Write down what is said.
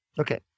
Okay